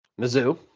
Mizzou